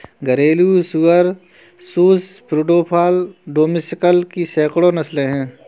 घरेलू सुअर सुस स्क्रोफा डोमेस्टिकस की सैकड़ों नस्लें हैं